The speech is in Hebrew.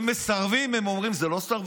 הם מסרבים, הם אומרים: זה לא סרבנות,